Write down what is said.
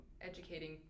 educating